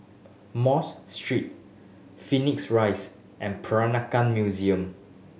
Mos Street Phoenix Rise and Peranakan Museum